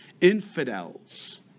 infidels